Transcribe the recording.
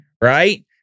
Right